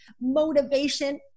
motivation